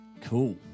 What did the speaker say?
Cool